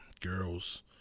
girls